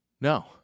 No